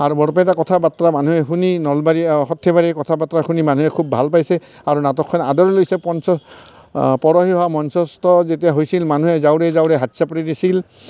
আৰু বৰপেটা কথা বতৰা মানুহে শুনি নলবেৰীয়া সৰ্থেবাৰী কথা বতৰা শুনি মানুহে খুব ভাল পাইছে আৰু নাটকখন আদৰি লৈছে পঞ্চ পৰহি হোৱা মঞ্চস্থ যেতিয়া হৈছিল মানুহে জাউৰিয়ে জাউৰিয়ে হাতচাপৰি দিছিল